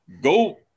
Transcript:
go